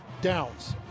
downs